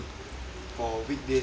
for weekdays and weekends